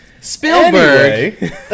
Spielberg